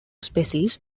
species